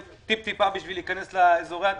טיפ טיפה בשביל להיכנס לאזורי העדיפות.